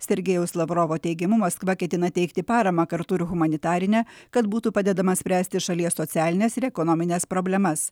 sergejaus lavrovo teigimu maskva ketina teikti paramą kartu ir humanitarinę kad būtų padedama spręsti šalies socialines ir ekonomines problemas